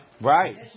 right